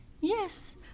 Yes